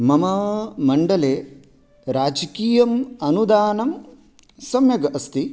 मम मण्डले राजकीयम् अनुदानं सम्यगस्ति